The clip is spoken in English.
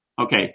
Okay